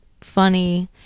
funny